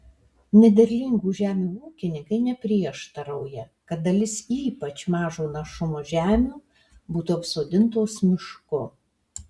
nederlingų žemių ūkininkai neprieštarauja kad dalis ypač mažo našumo žemių būtų apsodintos mišku